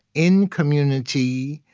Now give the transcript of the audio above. in community,